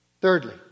Thirdly